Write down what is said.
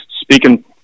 speaking